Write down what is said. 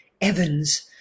Evans